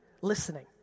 listening